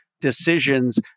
decisions